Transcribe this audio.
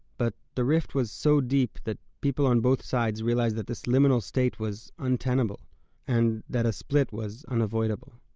but the rift was so deep, that people on both sides realized that this liminal state was untenable and that a split was unavoidable.